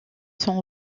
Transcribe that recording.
sont